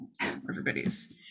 Everybody's